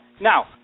Now